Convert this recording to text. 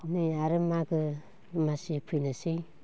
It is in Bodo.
नै आरो मागो दमासि फैनोसै